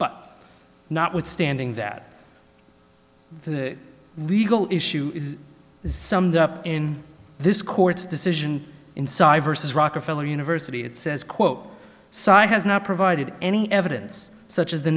but notwithstanding that the legal issue is summed up in this court's decision inside vs rockefeller university it says quote so i has not provided any evidence such as the